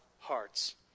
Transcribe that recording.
Hearts